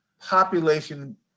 population